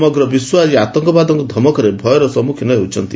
ସମଗ୍ର ବିଶ୍ୱ ଆଜି ଆତଙ୍କବାଦ ଧମକରେ ଭୟର ସମ୍ମୁଖୀନ ହେଉଛନ୍ତି